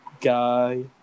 guy